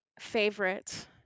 favorite